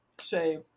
say